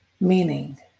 Meaning